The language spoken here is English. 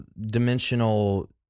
dimensional